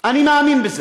אני מאמין בזה,